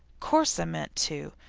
course i meant to,